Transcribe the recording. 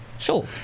Sure